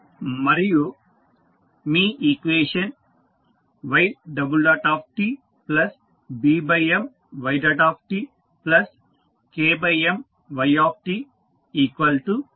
మరియు మీ equation ytBMytKMyt1Mft అవుతుంది